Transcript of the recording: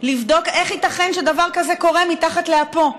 לבדוק איך ייתכן שדבר כזה קורה מתחת לאפו,